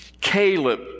Caleb